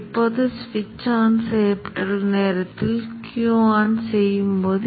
இப்போது நான் பிளாட் செய்கிறேன் இப்போது என்ன பிளாட் செய்வது